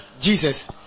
Jesus